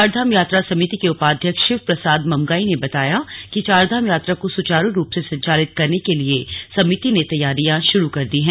चार धाम यात्रा समिति के उपाध्यक्ष शिव प्रसाद ममगांई ने बताया कि चारधाम यात्रा को सुचारू रूप से संचालित करने के लिए समिति ने तैयारी शुरु कर दी हैं